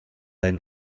ein